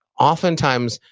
oftentimes,